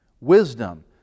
Wisdom